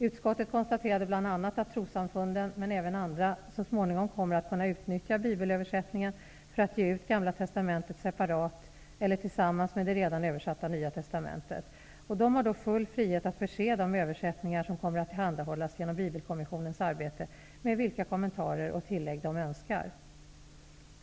Utskottet konstaterade bl.a. att trossamfunden men även andra så småningom kommer att kunna utnyttja bibelöversättningen för att ge ut Gamla testamentet separat eller tillsammans med det redan översatta Nya testamentet. De har då full frihet att förse de översättningar som kommer att tillhandahållas genom Bibelkommissionens arbete med vilka kommentarer och tillägg de önskar.